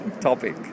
topic